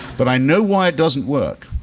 but, i know why it doesn't work,